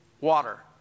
water